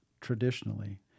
traditionally